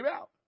out